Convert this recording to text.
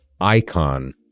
icon